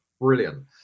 Brilliant